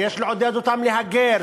שיש לעודד אותם להגר,